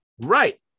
right